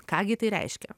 ką gi tai reiškia